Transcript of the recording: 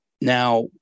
Now